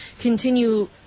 continue